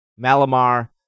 Malamar